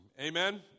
Amen